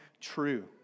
true